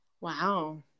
Wow